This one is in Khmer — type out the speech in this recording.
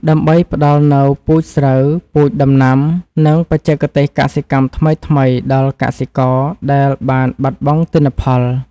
ដើម្បីផ្តល់នូវពូជស្រូវ ពូជដំណាំ និងបច្ចេកទេសកសិកម្មថ្មីៗដល់កសិករដែលបានបាត់បង់ទិន្នផល។